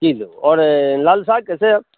kilo और लाल साग कैसे हैं